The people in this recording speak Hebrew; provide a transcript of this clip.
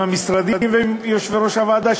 עם המשרדים ועם יושבי-ראש הוועדות,